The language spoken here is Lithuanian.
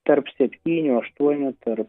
tarp septynių aštuonių tarp